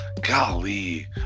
golly